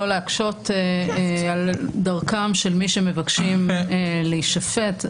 להקשות על דרכם של מי שמבקשים להישפט.